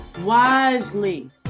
wisely